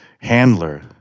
Handler